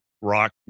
rock